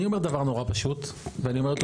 אני אומר דבר מאוד פשוט ואני אומר אותו